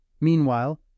meanwhile